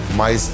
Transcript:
mas